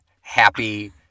happy